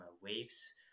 waves